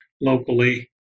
locally